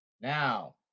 now